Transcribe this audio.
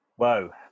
Whoa